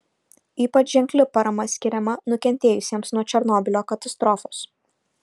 ypač ženkli parama skiriama nukentėjusiems nuo černobylio katastrofos